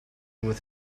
with